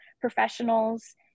professionals